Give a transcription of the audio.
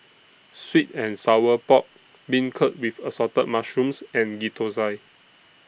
Sweet and Sour Pork Beancurd with Assorted Mushrooms and Ghee Thosai